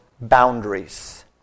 boundaries